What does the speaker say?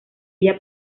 ella